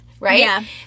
Right